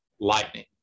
lightning